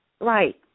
right